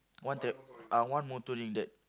one t~ ah One-Motoring that